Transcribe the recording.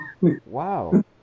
Wow